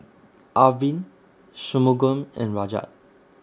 Arvind Shunmugam and Rajat